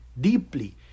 deeply